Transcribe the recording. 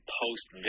post